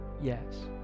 yes